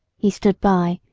he stood by,